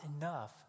enough